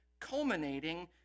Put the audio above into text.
culminating